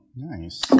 Nice